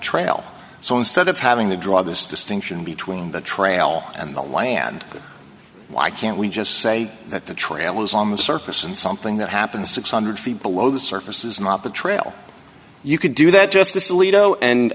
trail so instead of having to draw this distinction between the trail and the land why can't we just say that the trail is on the surface and something that happens six hundred feet below the surface is not the trail you could do that justice alito and